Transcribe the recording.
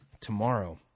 tomorrow